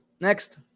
Next